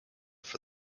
for